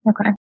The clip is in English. Okay